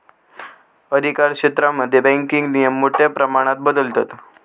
अधिकारक्षेत्रांमध्ये बँकिंग नियम मोठ्या प्रमाणात बदलतत